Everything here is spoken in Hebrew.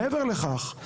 מעבר לכך,